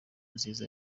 nziza